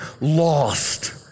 lost